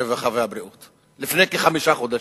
הרווחה והבריאות לפני כחמישה חודשים.